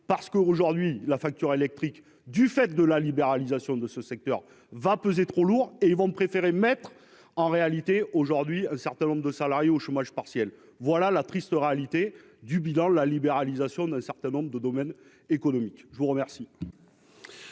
parce qu'aujourd'hui la facture électrique du fait de la libéralisation de ce secteur va peser trop lourd et ils vont préférer mettre en réalité aujourd'hui un certain nombre de salariés au chômage partiel, voilà la triste réalité du bilan, la libéralisation d'un certain nombre de domaines économiques, je vous remercie.